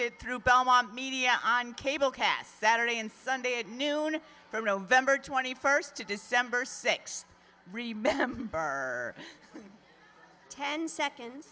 it through belmont media on cable cast saturday and sunday at noon for november twenty first to december sixth remember ten seconds